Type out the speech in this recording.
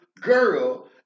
girl